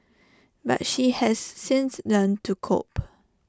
but she has since learnt to cope